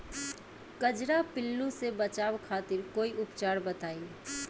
कजरा पिल्लू से बचाव खातिर कोई उपचार बताई?